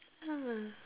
!huh!